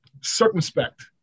circumspect